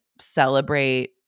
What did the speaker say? celebrate